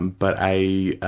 but i,